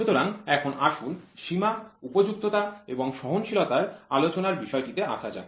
সুতরাং এখন আসুন সীমা উপযুক্ত এবং সহনশীলতা আলোচনার বিষয়টিতে আসা যাক